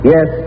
Yes